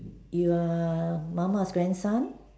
you're mama's grandson